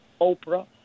Oprah